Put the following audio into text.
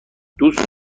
دوست